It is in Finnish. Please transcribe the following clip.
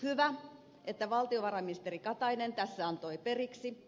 hyvä että valtiovarainministeri katainen tässä antoi periksi